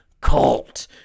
cult